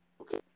Okay